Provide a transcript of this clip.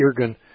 Irgun